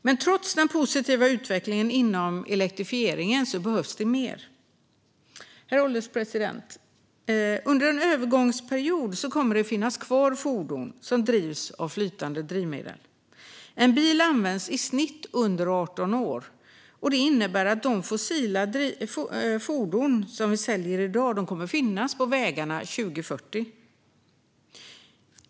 Men trots den positiva utvecklingen inom elektrifieringen behövs mer. Herr ålderspresident! Under en övergångsperiod kommer fordon som drivs av flytande drivmedel att finnas kvar. En bil används i snitt under 18 år. Det innebär att de fossildrivna fordon vi säljer i dag kommer att finnas kvar på vägarna 2040.